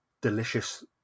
delicious